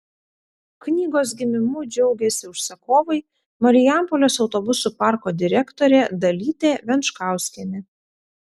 knygos gimimu džiaugėsi užsakovai marijampolės autobusų parko direktorė dalytė venčkauskienė